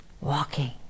walking